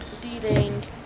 dealing